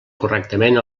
correctament